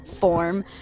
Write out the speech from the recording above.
form